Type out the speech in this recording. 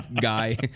guy